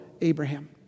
Abraham